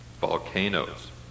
volcanoes